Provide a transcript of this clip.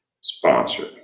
sponsored